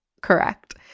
correct